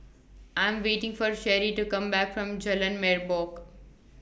I'm waiting For Cherie to Come Back from Jalan Merbok